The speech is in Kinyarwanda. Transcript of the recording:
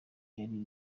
wari